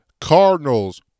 Cardinals